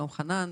שלום חנן,